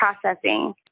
processing